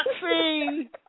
See